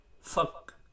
fuck